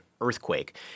earthquake